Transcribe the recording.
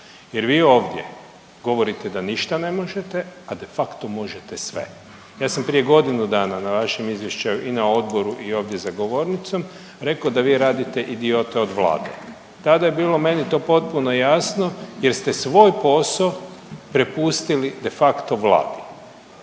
jer vi ovdje govorite da ništa ne možete, a de facto možete sve. Ja sam prije godinu dana na vašem izvješću i na odboru i ovdje za govornicom rekao da vi radite idiote od vlade. Tada je bilo meni to potpuno jasno jer ste svoj posao prepustili de facto vladi